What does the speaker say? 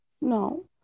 no